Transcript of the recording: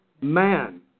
Man